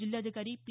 जिल्हाधिकारी पी